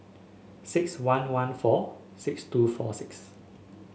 six one one four six two four six